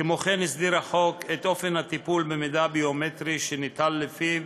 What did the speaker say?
כמו כן הסדיר החוק את אופן הטיפול במידע ביומטרי שניטל לפיו,